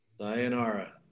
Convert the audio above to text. Sayonara